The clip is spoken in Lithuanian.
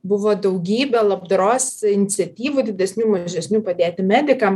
buvo daugybė labdaros iniciatyvų didesnių mažesnių padėti medikam